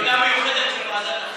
תודה מיוחדת מוועדת החינוך.